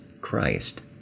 Christ